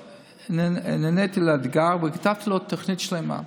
נעניתי לאתגר וכתבתי לו תוכנית שלמה,